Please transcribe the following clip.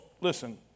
listen